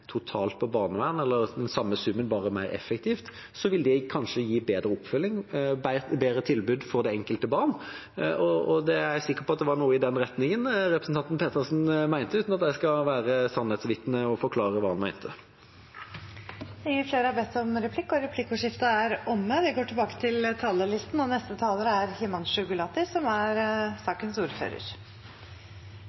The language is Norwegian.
totalt på barnevern, eller den samme summen, bare mer effektivt, vil det kanskje gi bedre oppfølging og bedre tilbud for det enkelte barn. Jeg er sikker på at det var noe i den retningen representanten Pettersen mente, uten at jeg skal være sannhetsvitne og forklare hva han mente. Replikkordskiftet er omme. De talere som heretter får ordet, har også en taletid på inntil 3 minutter. Det er barnets beste som ligger til